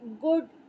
good